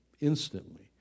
instantly